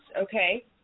Okay